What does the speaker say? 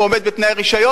אם הוא עומד בתנאי רשיון,